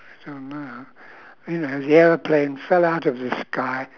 I don't know you know as the aeroplane fell out of the sky